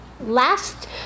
last